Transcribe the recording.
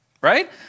right